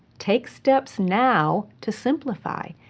take steps now to simplify.